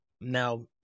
Now